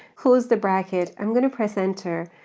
close the bracket. i'm gonna press enter.